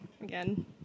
again